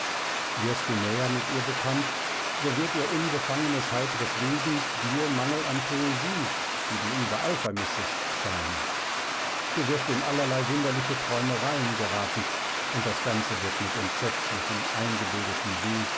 wirst du näher mit ihr bekannt so wird ihr unbefangenes heitres wesen dir mangel an poesie die du überall vermissest scheinen du wirst in allerlei wunderliche träumereien geraten und das ganze wird mit entsetzlichem eingebildeten weh